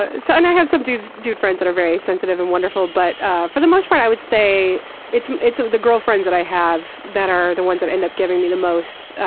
ah so and i have some dude dude friends that are very sensitive and wonderful, but for the most part i would say it's it's the girlfriends that i have that are the ones that end up giving me the most,